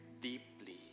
deeply